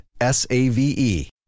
S-A-V-E